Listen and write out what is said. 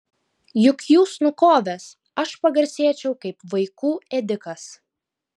juk jus nukovęs aš pagarsėčiau kaip vaikų ėdikas